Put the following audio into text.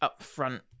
upfront